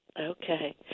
Okay